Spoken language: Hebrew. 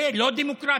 זה לא דמוקרטי.